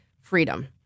freedom